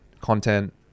content